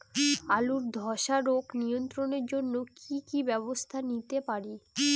আলুর ধ্বসা রোগ নিয়ন্ত্রণের জন্য কি কি ব্যবস্থা নিতে পারি?